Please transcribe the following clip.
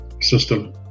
system